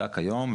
כיום,